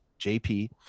JP